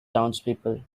townspeople